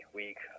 week